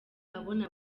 abona